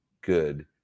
good